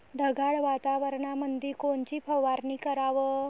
ढगाळ वातावरणामंदी कोनची फवारनी कराव?